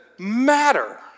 matter